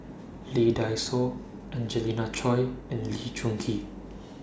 Lee Dai Soh Angelina Choy and Lee Choon Kee